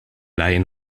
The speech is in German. laien